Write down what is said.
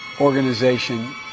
organization